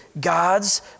God's